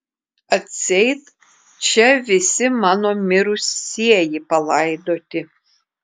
atseit čia visi mano mirusieji palaidoti